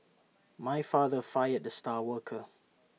my father fired the star worker